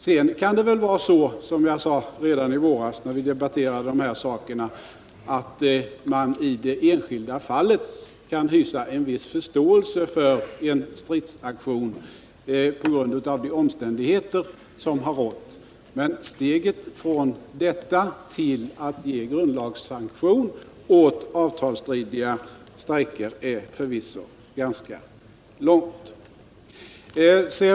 Sedan kan det vara så — som jag sade redan i våras när vi debatterade de här sakerna — att man i det enskilda fallet kan hysa viss förståelse för en stridsaktion på grund av de omständigheter som har rått. Men steget från detta till att ge grundlagssanktion åt avtalsstridiga strejker är förvisso ganska långt.